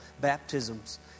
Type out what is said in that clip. baptisms